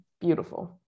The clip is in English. beautiful